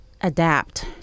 adapt